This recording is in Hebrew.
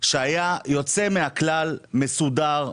צינור שהיה יוצא מהכלל מסודר,